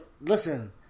Listen